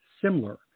similar